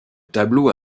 tableau